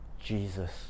Jesus